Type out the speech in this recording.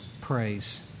praise